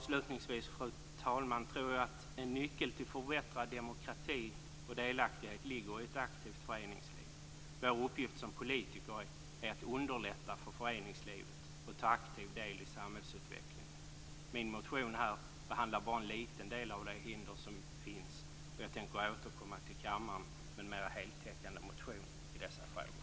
Avslutningsvis tror jag att en nyckel till en förbättrad demokrati och delaktighet ligger i ett aktivt föreningsliv. Vår uppgift som politiker är att underlätta för föreningslivet att ta aktiv del i samhällsutvecklingen. Min motion behandlar bara en liten del av de hinder som finns. Jag tänker återkomma till kammaren med mera heltäckande motioner i dessa frågor.